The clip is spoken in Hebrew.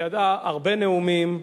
ידעה הרבה נאומים,